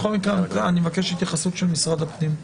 אני מבקש התייחסות משרד הפנים.